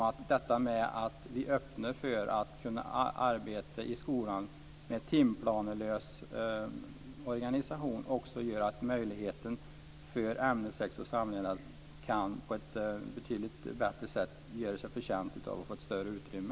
Att öppna för att arbeta i skolan med timplanelös organisation gör det möjligt för sex och samlevnadsundervisning att få ett större utrymme.